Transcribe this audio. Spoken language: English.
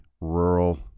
rural